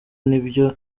nibyo